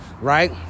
right